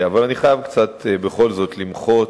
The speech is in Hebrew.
אבל אני חייב בכל זאת למחות,